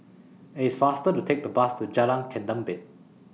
It's faster to Take The Bus to Jalan Ketumbit